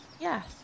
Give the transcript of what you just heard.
Yes